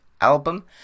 album